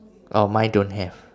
oh mine don't have